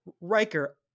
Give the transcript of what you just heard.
Riker